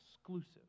exclusive